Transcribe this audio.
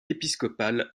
épiscopal